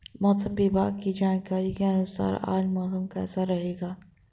मौसम विभाग की जानकारी के अनुसार आज मौसम कैसा रहेगा?